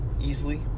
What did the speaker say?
easily